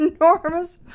enormous